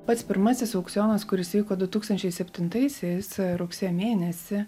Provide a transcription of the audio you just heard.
pats pirmasis aukcionas kuris įvyko du tūkstančiai septintaisiais rugsėjo mėnesį